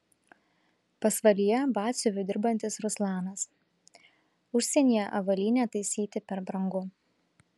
pasvalyje batsiuviu dirbantis ruslanas užsienyje avalynę taisyti per brangu